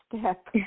step